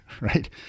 right